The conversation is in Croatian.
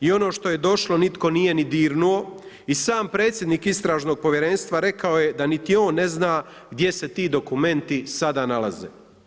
I ono što je došlo nitko nije ni dirnuo i sam predsjednik istražnog povjerenstva rekao je da ni on ne zna, gdje se ti dokumenti sada nalaze.